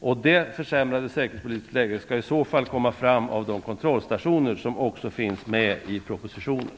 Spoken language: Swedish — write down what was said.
Om det säkerhetspolitiska läget försämrats skall detta komma fram vid de kontrollstationer som också finns med i propositionen.